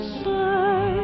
say